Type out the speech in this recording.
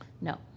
No